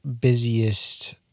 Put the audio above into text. busiest